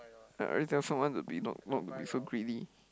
I already tell someone to be not not so greedy